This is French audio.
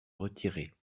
retirer